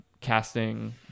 casting